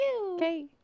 Okay